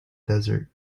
desert